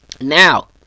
Now